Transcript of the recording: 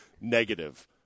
negative